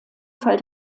fall